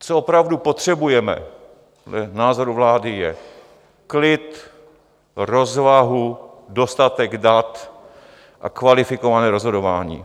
Co opravdu potřebujeme dle názoru vlády, je klid, rozvahu, dostatek dat a kvalifikované rozhodování.